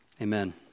Amen